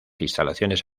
instalaciones